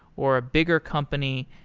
or a bigger company?